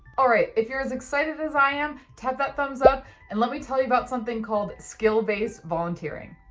all right if you're as excited as i am, tap that thumbs up and let me tell you about something called skill-based volunteering.